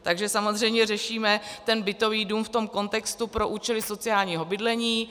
Takže samozřejmě řešíme bytový dům v tom kontextu pro účely sociálního bydlení.